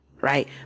right